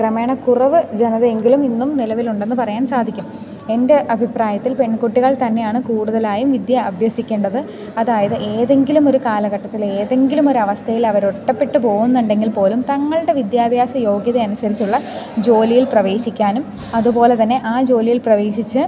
ക്രമേണ കുറവ് ജനത എങ്കിലും ഇന്നും നിലവിലുണ്ടെന്ന് പറയാൻ സാധിക്കും എൻ്റെ അഭിപ്രായത്തിൽ പെൺകുട്ടികൾ തന്നെയാണ് കൂടുതലായും വിദ്യ അഭ്യസിക്കേണ്ടത് അതായത് ഏതെങ്കിലുമൊരു കാലഘട്ടത്തിൽ ഏതെങ്കിലുമൊരു അവസ്ഥയിൽ അവരൊറ്റപ്പെട്ടു പോവുന്നുണ്ടെങ്കിൽപ്പോലും തങ്ങളുടെ വിദ്യാഭ്യാസ യോഗ്യത അനുസരിച്ചുള്ള ജോലിയിൽ പ്രവേശിക്കാനും അതുപോലെതന്നെ ആ ജോലിയിൽ പ്രവേശിച്ച്